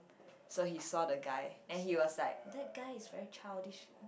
so he saw the guy and he was like that guy is very childish